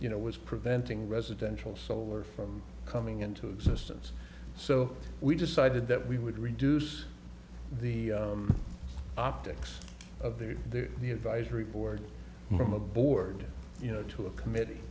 you know was preventing residential solar from coming into existence so we decided that we would reduce the optics of there there the advisory board from a board you know to a committee